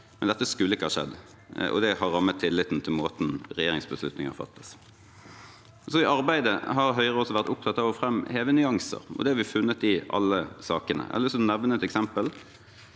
det skulle ikke ha skjedd. Det har rammet tilliten til måten regjeringsbeslutninger fattes på. I arbeidet har Høyre også vært opptatt av å framheve nyanser, og det har vi funnet i alle sakene. Jeg har lyst til å nevne et eksempel.